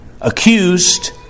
accused